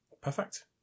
Perfect